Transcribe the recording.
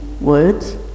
words